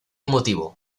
emotivo